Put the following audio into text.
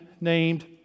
named